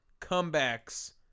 comebacks